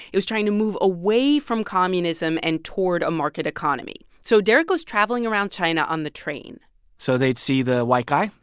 it was trying to move away from communism and toward a market economy, so derek was traveling around china on the train so they'd see the white guy.